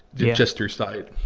just your site.